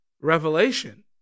revelation